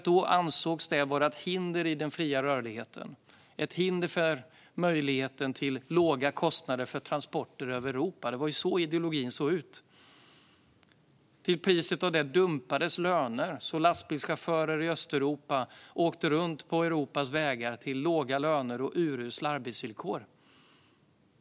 Då ansågs det vara ett hinder i den fria rörligheten, ett hinder mot att göra det möjligt att transportera till låga kostnader över Europa. Det var så ideologin såg ut. Priset för detta var dumpade löner. Lastbilschaufförer från Östeuropa åkte runt på Europas vägar till låga löner och med urusla arbetsvillkor.